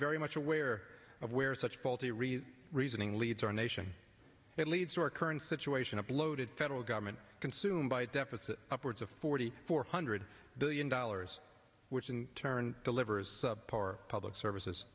very much aware of where such faulty reasoning reasoning leads our nation it leads to our current situation a bloated federal government consumed by deficit upwards of forty four hundred billion dollars which in turn delivers power public services